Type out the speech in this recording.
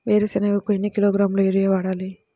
వేరుశనగకు ఎన్ని కిలోగ్రాముల యూరియా వేయాలి?